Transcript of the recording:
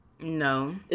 No